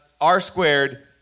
R-Squared